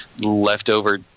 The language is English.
leftover